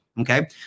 Okay